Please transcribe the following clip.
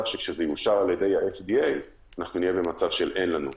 שכשזה יאושר על ידי ה-FDA נהיה שאין לנו.